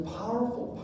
powerful